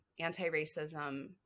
anti-racism